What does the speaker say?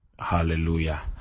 hallelujah